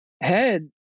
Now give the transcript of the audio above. Head